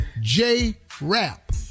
J-Rap